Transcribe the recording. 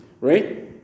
right